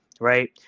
right